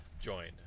joined